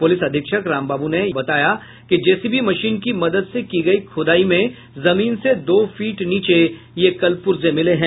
police अधीक्षक बाबू राम ने बताया कि जेसीबी मशीन की मदद से की गयी खूदायी में जमीन से दो फीट नीचे यह कलपूर्जे मिले हैं